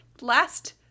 last